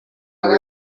nibwo